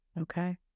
Okay